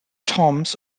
toms